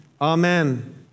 Amen